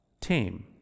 tame